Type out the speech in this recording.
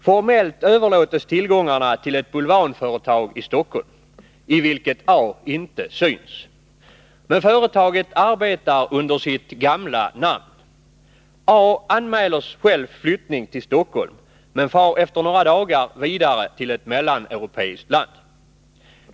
Formellt överlåts tillgångarna till ett bulvanföretag i Stockholm, i vilket A inte syns. Men företaget arbetar under sitt gamla namn. A anmäler själv flyttning till Stockholm, men ”far efter några dagar vidare till ett mellaneuropeiskt land”.